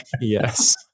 Yes